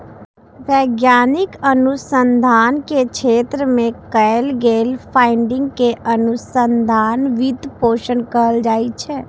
वैज्ञानिक अनुसंधान के क्षेत्र मे कैल गेल फंडिंग कें अनुसंधान वित्त पोषण कहल जाइ छै